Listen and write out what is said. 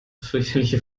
fürchterliche